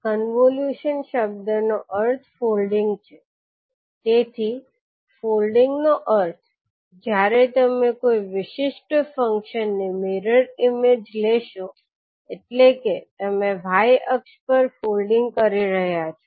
convolution શબ્દનો અર્થ folding છે તેથી ફોલ્ડિંગ નો અર્થ જ્યારે તમે કોઈ વિશિષ્ટ ફંક્શન ની મિરર ઇમેજ લેશો એટલે કે તમે y અક્ષ પર ફોલ્ડિંગ કરી રહ્યાં છો